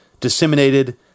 disseminated